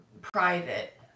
private